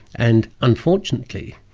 and unfortunately,